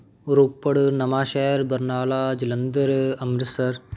Ropar Nawanshahr Barnala Jalandhar Amritsar